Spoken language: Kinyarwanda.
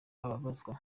ababazwa